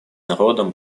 народам